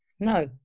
No